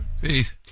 Peace